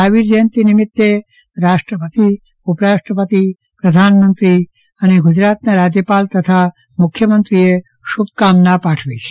મહાવીર જયંતી નિમિતે રાષ્ટ્રપતિ ઉપરાષ્ટ્રપતિ પ્રધાનમંત્રી અને ગુજરાતના રાજયપાલ તથા મુખ્ય મંત્રીએ શુભકામના પાઠવી છે